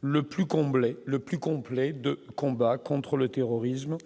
le plus comblé le plus complet de combat contre le terrorisme,